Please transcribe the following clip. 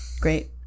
Great